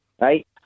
right